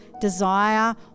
desire